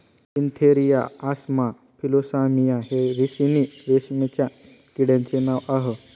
Antheraea assama Philosamia हे ricini रेशीमच्या किड्यांचे नाव आह